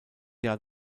jahr